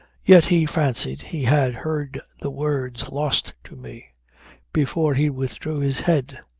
yet he fancied he had heard the words lost to me before he withdrew his head.